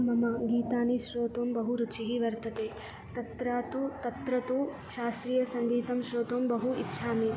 मम गीतानि श्रोतुं बहु रुचिः वर्तते तत्र तु तत्र तु शास्त्रीयसङ्गीतं श्रोतुं बहु इच्छामि